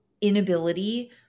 inability